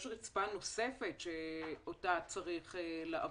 יש רצפה נוספת שאותה צריך לעבור.